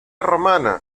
romana